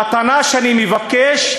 המתנה שאני מבקש,